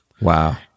Wow